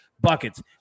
Buckets